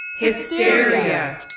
Hysteria